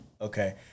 okay